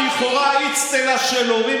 לכאורה אצטלה של הורים,